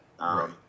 right